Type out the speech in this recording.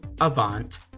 avant